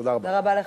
תודה רבה.